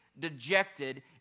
dejected